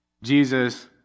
Jesus